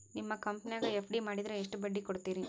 ನಿಮ್ಮ ಕಂಪನ್ಯಾಗ ಎಫ್.ಡಿ ಮಾಡಿದ್ರ ಎಷ್ಟು ಬಡ್ಡಿ ಕೊಡ್ತೇರಿ?